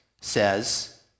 says